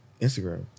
Instagram